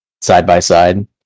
side-by-side